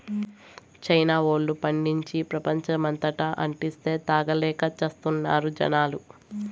China వోల్లు పండించి, ప్రపంచమంతటా అంటిస్తే, తాగలేక చస్తున్నారు జనాలు